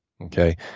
okay